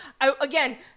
Again